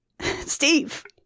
Steve